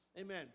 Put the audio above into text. Amen